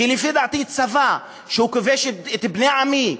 כי לפי דעתי צבא שכובש את בני עמי,